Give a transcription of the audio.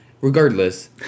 Regardless